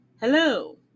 hello